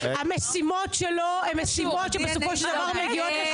המשימות שלו הן משימות שמגיעות ל --- בסופו של דבר.